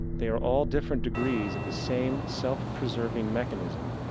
they are all different degrees of the same self-preserving mechanism,